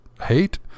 hate